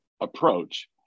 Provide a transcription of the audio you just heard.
approach